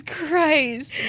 Christ